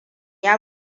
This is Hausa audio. ya